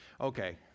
Okay